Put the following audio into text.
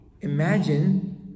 Imagine